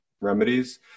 remedies